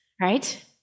right